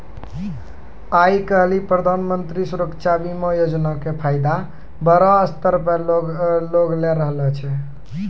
आइ काल्हि प्रधानमन्त्री सुरक्षा बीमा योजना के फायदा बड़ो स्तर पे लोग लै रहलो छै